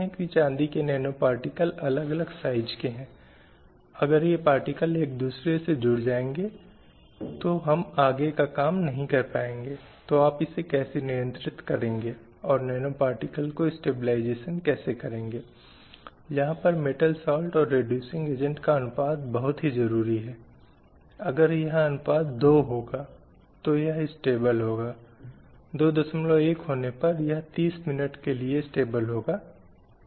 पूर्व यौवन विवाहों की बुराई भी शुरु हुई अतः यह वह भी समय था जब शीघ्र विवाह या बाल विवाह आरंभिक वैदिक काल में अपना रास्ता बनाने लगे थे महिलाओं के विभिन्न उदाहरण हैं विवाहित महिलाओं के जो कब और किससे विवाह किया जाए में अपनी पसंद का प्रयोग करती थीं